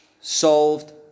solved